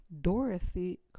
Dorothy